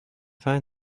find